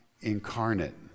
incarnate